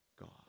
God